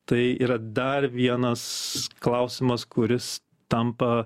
tai yra dar vienas klausimas kuris tampa